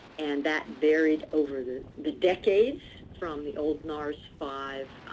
and that varied over the the decades from the old nara's five